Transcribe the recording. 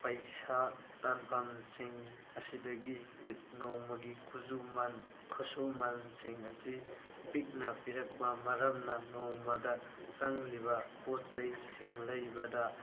ꯄꯩꯁꯥ ꯇꯥꯟꯐꯝꯁꯤꯡ ꯑꯁꯤꯗꯒꯤ ꯅꯣꯡꯃꯒꯤ ꯈꯨꯠꯁꯨꯃꯟ ꯈꯨꯠꯁꯨꯃꯟꯁꯤꯡ ꯑꯁꯤ ꯄꯤꯛꯅ ꯄꯤꯔꯛꯄ ꯃꯔꯝꯅ ꯅꯣꯡꯃꯗ ꯆꯪꯂꯤꯕ ꯄꯣꯠꯆꯩꯁꯤꯡ ꯂꯩꯕꯗ